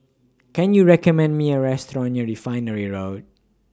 Can YOU recommend Me A Restaurant near Refinery Road